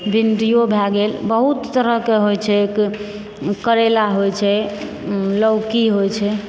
भिन्डीयो भए गेल बहुत तरहके होइ छैक करेला होइ छै लौकी होइ छै